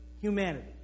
humanity